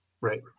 Right